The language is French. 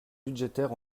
budgétaire